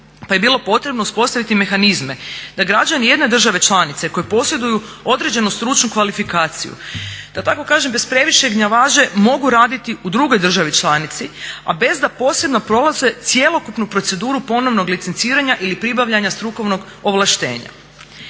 pa je bilo potrebno uspostaviti mehanizme da građani jedne države članice koji posjeduju određenu stručnu kvalifikaciju, da tako kažem bez previše gnjavaže, mogu raditi u drugoj državi članici, a bez da posebno prolaze cjelokupnu proceduru ponovnog licenciranja ili pribavljanja strukovnog ovlaštenja.